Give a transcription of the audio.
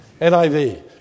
NIV